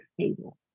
table